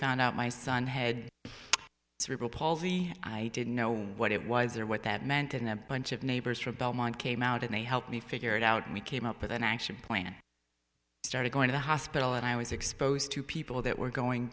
found out my son head i didn't know what it was or what that meant in a bunch of neighbors from belmont came out and they helped me figure it out and we came up with an action plan started going to the hospital and i was exposed to people that were going